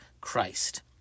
Christ